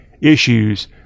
issues